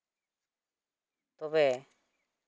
ᱛᱚᱵᱮ